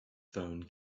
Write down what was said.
phone